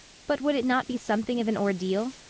but would it not be something of an ordeal?